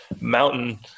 mountain